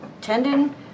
tendon